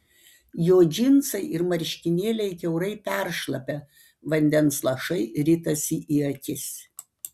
jo džinsai ir marškinėliai kiaurai peršlapę vandens lašai ritasi į akis